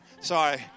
sorry